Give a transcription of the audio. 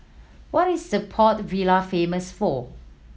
what is the Port Vila famous for